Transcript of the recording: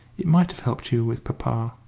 it might have helped you with papa.